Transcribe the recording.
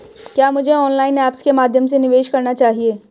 क्या मुझे online apps के माध्यम से निवेश करना चाहिए?